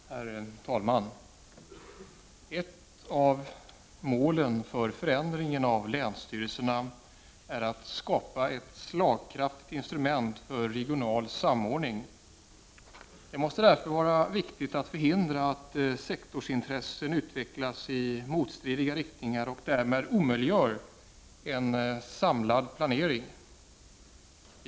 Herr talman! Ett av målen för förändringen av länsstyrelserna är att skapa ett slagkraftigt instrument för regional samordning. Det måste därför vara viktigt att förhindra att sektorsintressen utvecklas i motstridiga riktningar och därmed omöjliggör en samlad planering.